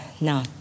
no